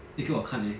eh 给我看 leh